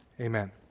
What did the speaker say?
Amen